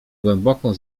głęboką